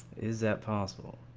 is that possible